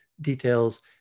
details